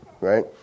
right